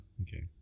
Okay